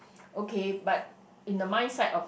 okay but in the mind sight of